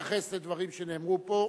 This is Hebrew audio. יתייחס לדברים שנאמרו פה